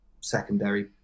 secondary